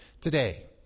today